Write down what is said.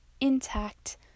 intact